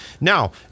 Now